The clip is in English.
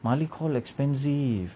maalik hall expensive